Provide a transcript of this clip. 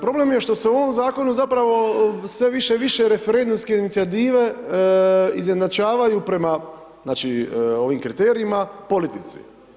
Problem je što se u ovom Zakonu zapravo sve više i više referendumske inicijative izjednačavaju prema, znači, prema ovim kriterijima, politici.